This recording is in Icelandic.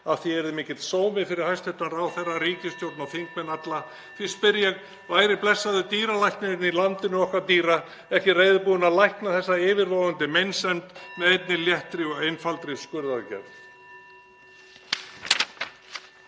Að því yrði mikill sómi fyrir hæstv. ráðherra, ríkisstjórn og þingmenn alla. (Forseti hringir.) Því spyr ég: Væri blessaður dýralæknirinn í landinu okkar dýra ekki reiðubúinn að lækna þessa yfirvofandi meinsemd með einni léttri og einfaldri skurðaðgerð?